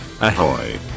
Ahoy